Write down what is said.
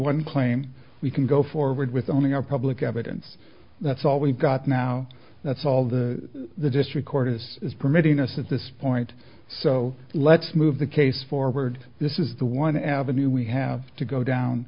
one claim we can go forward with only our public evidence that's all we've got now that's all the the district court is is permitting us at this point so let's move the case forward this is the one avenue we have to go